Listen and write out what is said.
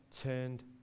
turned